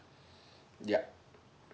yup